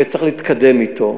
וצריך להתקדם אתו.